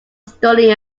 studying